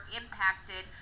impacted